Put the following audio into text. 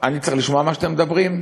אני צריך לשמוע מה שאתם מדברים?